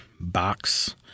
box